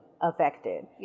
affected